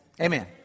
Amen